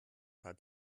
paar